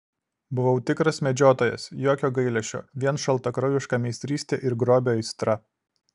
buvau tikras medžiotojas jokio gailesčio vien šaltakraujiška meistrystė ir grobio aistra